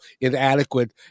inadequate